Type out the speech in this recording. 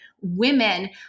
women